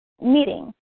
meeting